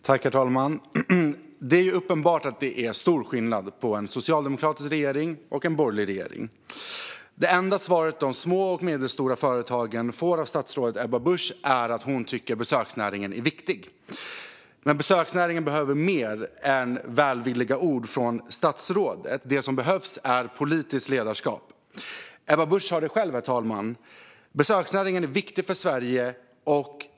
Herr talman! Det är uppenbarligen stor skillnad på en socialdemokratisk och en borgerlig regering. Det enda svaret de små och medelstora företagen får av statsrådet Ebba Busch är att hon tycker att besöksnäringen är viktig. Men den behöver mer än välvilliga ord från statsrådet; det som behövs är politiskt ledarskap. Herr talman! Ebba Busch sa själv att besöksnäringen är viktig för Sverige.